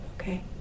okay